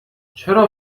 چرا